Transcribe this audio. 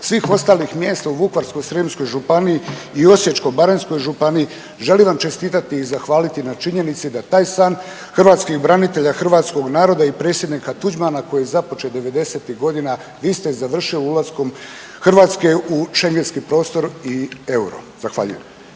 svih ostalih mjesta u Vukovarsko-srijemskoj županiji i Osječko-baranjskoj županiji želim vam čestitati i zahvaliti na činjenici da taj san hrvatskih branitelja, hrvatskog naroda i predsjednika Tuđmana koji je započet '90.-tih godina, a isti je završio ulaskom Hrvatske u schengentski prostor i euro, zahvaljujem.